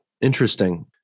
Interesting